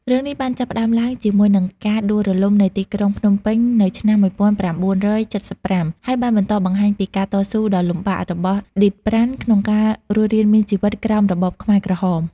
រឿងនេះបានចាប់ផ្ដើមឡើងជាមួយនឹងការដួលរលំនៃទីក្រុងភ្នំពេញនៅឆ្នាំ ១៩៧៥ ហើយបានបន្តបង្ហាញពីការតស៊ូដ៏លំបាករបស់ឌីត ប្រាន់ ក្នុងការរស់រានមានជីវិតក្រោមរបបខ្មែរក្រហម។